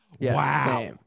Wow